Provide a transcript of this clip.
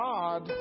God